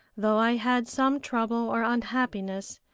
though i had some trouble or unhappiness,